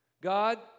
God